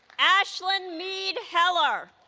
ashlyn meade heller